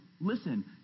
listen